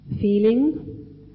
feeling